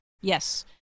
yes